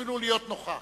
אפילו להיות נוכח.